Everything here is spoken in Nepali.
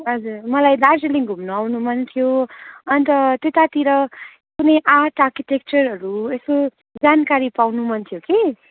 हजुर मलाई दार्जिलिङ घुम्न आउनु मन थियो अन्त त्यतातिर कुनै आर्ट आर्किटेक्चरहरू यसो जानकारी पाउनु मन थियो कि